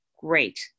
great